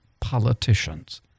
politicians